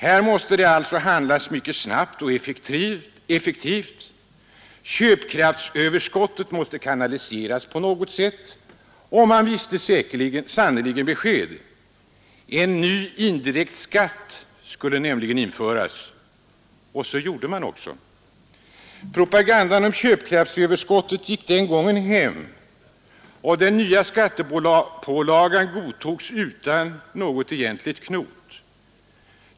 Här måste alltså handlas snabbt och effektivt. ”Köpkraftsöverskottet” måste kanaliseras på något sätt, och man visste sannerligen besked. En ny indirekt skatt skulle nämligen införas. Så gjordes också. Propagandan om ”köpkraftsöverskottet” gick den gången hem, och den nya skattepålagan godtogs utan något egentligt knot.